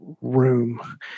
room